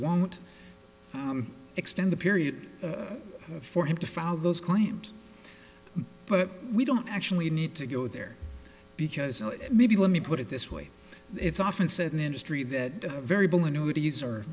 won't extend the period for him to file those claims but we don't actually need to go there because maybe let me put it this way it's often said in industry that variable annuit